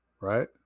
Right